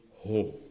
home